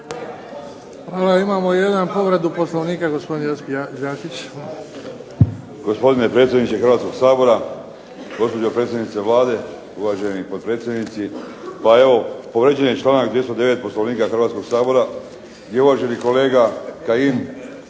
Đakić. **Đakić, Josip (HDZ)** Gospodine predsjedniče Hrvatskog sabora, gospođo predsjednice Vlade, uvaženi potpredsjednici. Pa evo, povrijeđen je članak 209. Poslovnika Hrvatskog sabora gdje uvaženi kolega Kajin